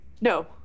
No